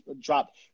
drop